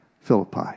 Philippi